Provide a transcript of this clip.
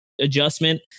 adjustment